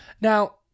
now